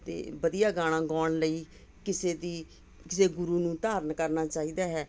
ਅਤੇ ਵਧੀਆ ਗਾਣਾ ਗਾਉਣ ਲਈ ਕਿਸੇ ਦੀ ਕਿਸੇ ਗੁਰੂ ਨੂੰ ਧਾਰਨ ਕਰਨਾ ਚਾਹੀਦਾ ਹੈ